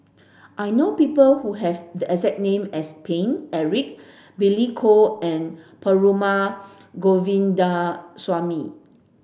I know people who have the exact name as Paine Eric Billy Koh and Perumal Govindaswamy